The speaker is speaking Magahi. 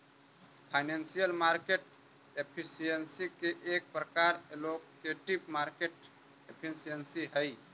फाइनेंशियल मार्केट एफिशिएंसी के एक प्रकार एलोकेटिव मार्केट एफिशिएंसी हई